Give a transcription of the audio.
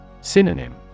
Synonym